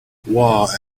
waugh